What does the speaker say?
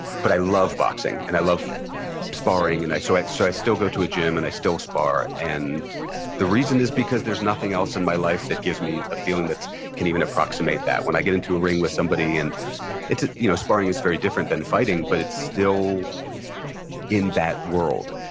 but i love boxing. and i love sparring. and so, i so i still go to a gym, and i still spar. and the reason is because there's nothing else in my life that gives me a feeling that can even approximate that. when i get into a ring with somebody, and you know sparring is very different than fighting, but it's still in that world.